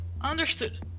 Understood